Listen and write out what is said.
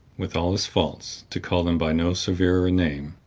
with all his faults, to call them by no severer name,